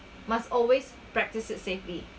must always practices safely